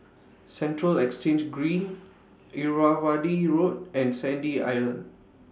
Central Exchange Green Irrawaddy Road and Sandy Island